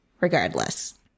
regardless